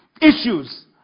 issues